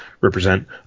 Represent